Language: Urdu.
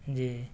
جی